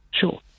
Sure